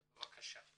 בבקשה.